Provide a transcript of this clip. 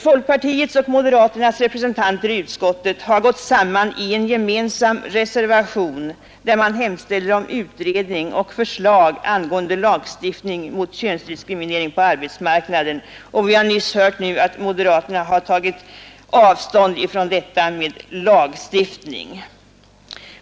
Folkpartiets och moderaternas representanter i utskottet har gått samman i en gemensam reservation, där man hemställer om utredning och förslag angående lagstiftning mot könsdiskriminering på arbetsmarknaden, men vi har nyss hört att moderaterna har tagit avstånd från tanken på lagstiftning.